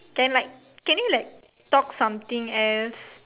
can like can you like talk something else